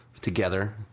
together